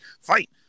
fight